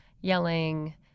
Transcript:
yelling